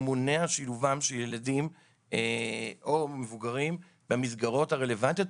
מונע שילובם של ילדים או מבוגרים במסגרות הרלוונטיות,